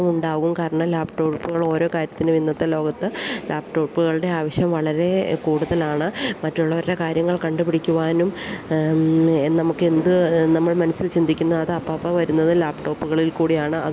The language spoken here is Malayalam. കാരണം ലാപ്ടോപ്പുകള് ഓരോ കാര്യത്തിനും ഇന്നത്തെ ലോകത്ത് ലാപ്ടോപ്പുകളുടെ ആവശ്യം വളരേ കൂടുതലാണ് മറ്റുള്ളവരുടെ കാര്യങ്ങൾ കണ്ടുപിടിക്കുവാനും നമുക്ക് എന്ത് നമ്മൾ മനസ്സിൽ ചിന്തിക്കുന്നു അതപ്പപ്പോള് വരുന്നത് ലാപ്ടോപ്പുകളിൽ കൂടിയാണ് അതുകൊണ്ടുതന്നെ